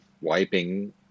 wiping